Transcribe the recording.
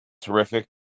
terrific